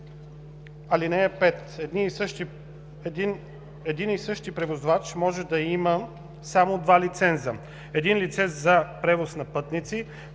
ал. 5: „(5) Един и същи превозвач може да има само два лиценза – един лиценз за превоз на пътници,